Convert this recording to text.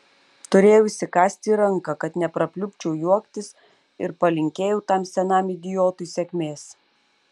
turėjau įsikąsti į ranką kad neprapliupčiau juoktis ir palinkėjau tam senam idiotui sėkmės